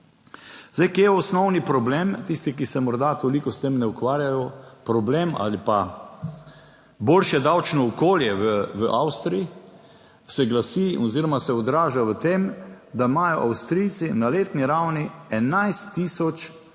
Zdaj, kje je osnovni problem, tisti, ki se morda toliko s tem ne ukvarjajo, problem ali pa boljše davčno okolje v Avstriji, se glasi oziroma se odraža v tem, da imajo Avstrijci na letni ravni 11 tisoč